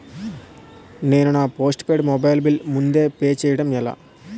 నేను నా postpaid mobile bill ముందే పే చేయడం ఎలా?